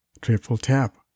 triple-tap